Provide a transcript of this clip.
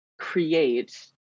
create